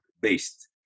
based